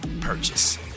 purchase